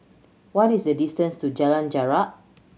what is the distance to Jalan Jarak